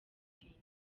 bitenge